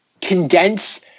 condense